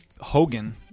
Hogan